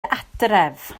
adref